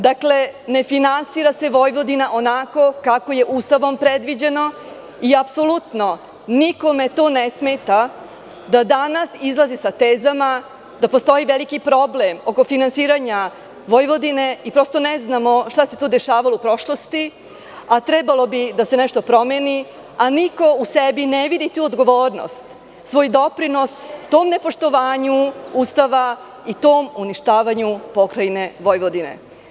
Dakle, ne finansira se Vojvodina onako kako je Ustavom predviđeno i apsolutno nikome to ne smeta, da danas izlazi sa tezama da postoji veliki problem oko finansiranja Vojvodine i prosto ne znamo šta se to dešavalo u prošlosti, a trebalo bi da se nešto promeni, a niko u sebi ne vidi tu odgovornost, svoj doprinos tom nepoštovanju Ustava i tom uništavanju Pokrajine Vojvodine.